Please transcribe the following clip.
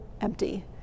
empty